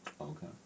Okay